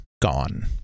gone